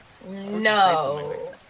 No